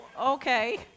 okay